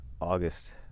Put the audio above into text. August